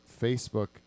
Facebook